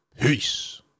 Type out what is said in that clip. Peace